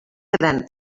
gran